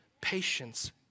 patience